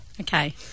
Okay